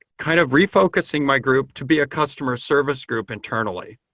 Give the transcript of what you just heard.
kind of refocusing my group to be a customer service group internally.